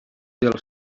del